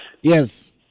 Yes